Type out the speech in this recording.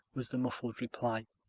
was the muffled reply.